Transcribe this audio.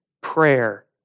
prayer